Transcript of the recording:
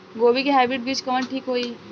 गोभी के हाईब्रिड बीज कवन ठीक होई?